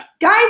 Guys